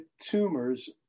tumors